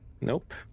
Nope